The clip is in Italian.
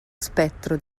spettro